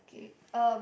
okay um